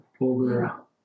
over